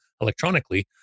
electronically